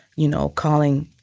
you know, calling,